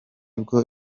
bwo